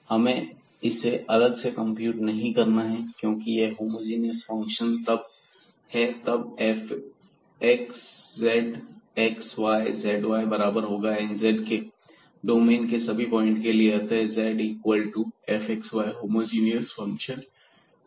हमें इसे अलग से कंप्यूट नहीं करना है क्योंकि यह होमोजीनियस फंक्शन है तब xzxyzy बराबर होगा nz के डोमेन के सभी पॉइंट के लिए अतः z equal to fxy homogeneous function है